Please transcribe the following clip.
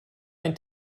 ein